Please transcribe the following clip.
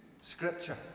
scripture